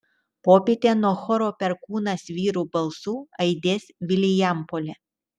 popietę nuo choro perkūnas vyrų balsų aidės vilijampolė